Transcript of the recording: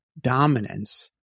dominance